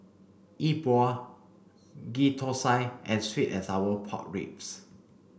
Yi Bua Ghee Thosai and sweet and sour pork ribs